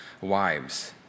Wives